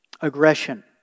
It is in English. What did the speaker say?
aggression